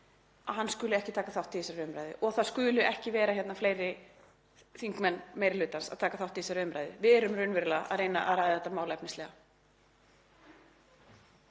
að hann skuli ekki taka þátt í þessari umræðu og að ekki skuli fleiri þingmenn meiri hlutans taka þátt í þessari umræðu. Við erum raunverulega að reyna að ræða þetta mál efnislega.